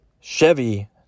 Chevy